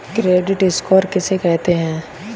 Credit score किसे कहते हैं?